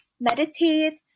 meditate